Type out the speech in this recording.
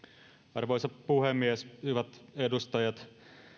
arvoisa puhemies hyvät edustajat